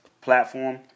platform